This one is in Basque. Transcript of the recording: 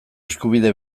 eskubide